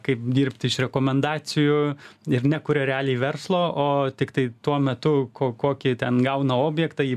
kaip dirbti iš rekomendacijų ir nekuria realiai verslo o tiktai tuo metu ko kokį ten gauna objektą jį